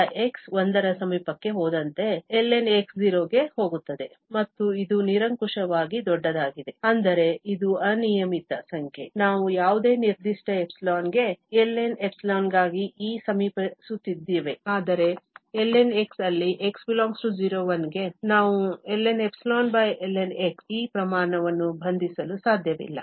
ಆದ್ದರಿಂದ x 1 ರ ಸಮೀಪಕ್ಕೆ ಹೋದಂತೆ ln x 0 ಗೆ ಹೋಗುತ್ತದೆ ಮತ್ತು ಇದು ನಿರಂಕುಶವಾಗಿ ದೊಡ್ಡದಾಗಿದೆ ಅಂದರೆ ಇದು ಅನಿಯಮಿತ ಸಂಖ್ಯೆ ನಾವು ಯಾವುದೇ ನಿರ್ದಿಷ್ಟ ϵ ಗೆ ln ϵ ಗಾಗಿ ಈಗ ಸಮೀಪಿಸುತ್ತಿದ್ದೇವೆ ಆದರೆ ln x ಅಲ್ಲಿ x ∈ 01 ನಾವು ln∈lnx ಈ ಪ್ರಮಾಣವನ್ನು ಬಂಧಿಸಲು ಸಾಧ್ಯವಿಲ್ಲ